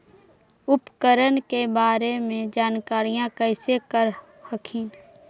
उपकरण के बारे जानकारीया कैसे कर हखिन?